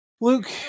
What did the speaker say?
Luke